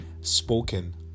Spoken